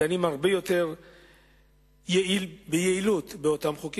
דנים הרבה יותר ביעילות באותם חוקים,